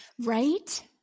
Right